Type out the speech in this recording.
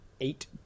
eight